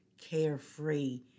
carefree